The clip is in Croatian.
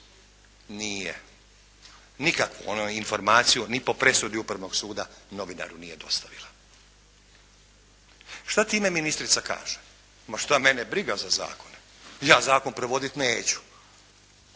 Nije. Nikakvu ona informaciju ni po presudi Upravnog suda novinaru nije dostavila. Šta time ministrica kaže? Ma šta mene briga za zakone, ja zakon provoditi neću.